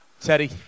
Teddy